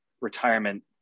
retirement